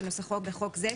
כנוסחו בחוק זה,